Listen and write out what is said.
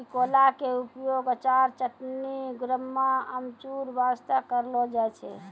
टिकोला के उपयोग अचार, चटनी, गुड़म्बा, अमचूर बास्तॅ करलो जाय छै